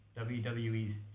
WWE's